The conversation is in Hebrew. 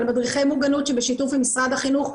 על מדריכי מוגנות בשיתוף עם משרד החינוך,